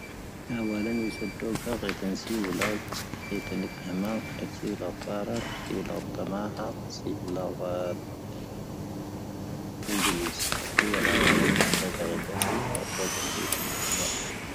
ⴽⴰⵡⴰⵍ ⴻⵏ ⵢⵓⵙⴰⵜⴰⵡ ⴱⴰⴳⵀⴳⵀⵜ ⴻⵏ ⵙⵉⵡⵍⴰ, ⵉⵜⴰⵏⵉⴼ ⴰⵎⴰⵔ, ⵉⵜⵙⴻⵡⵍⴰ ⵜ'ⴰⵔⴰⴱ, ⵜⵙⵉⵡⵍⴰ ⵜⴰⵎⴰⵀⴰ, ⵜⵙⵉⵡⵍⴰ ⴳⵀⴰⴼ, ⵜⴻⵏⴳⵉⵍⵉⵙⵜ. ⵡⵉⵢⴰⴳⴰⵡⴰⵍ ⴻⵏ ⵜⴰⵡⴱⴰⴳⵀⵀⵜ ⴻⵏ ⵙⵉⵡⵍⴰ, ⵜⴰⵡⴱⴰⴳⵀⵀⵜ ⵉⵜⴰⵏⵉⴼ ⴰⵎⴰⵔ.